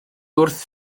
wrth